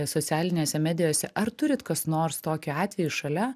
socialinėse medijose ar turit kas nors tokį atvejį šalia